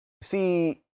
See